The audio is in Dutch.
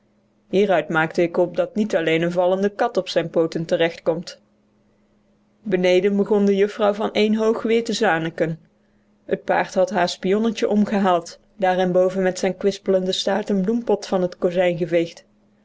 hieruit maak ik op dat niet alleen een vallende kat op zijn pooten terecht komt beneden begon de juffrouw van één hoog weer te zaniken het paard had haar spionnetje omgehaald daarenboven met zijn kwispelende staart een bloempot van het kozijn geveegd